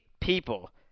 people